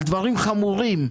על דברים חמורים,